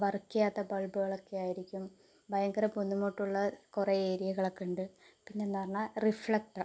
work ചെയ്യാത്ത ബൾബുകൾ ഒക്കെ ആയിരിക്കും ഭയങ്കര ബുദ്ധിമുട്ടുള്ള കൊറേ ഏരിയകളൊക്കെ ഉണ്ട് പിന്നെ എന്ന് പറഞ്ഞാൽ റിഫ്ലക്ടർ